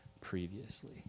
previously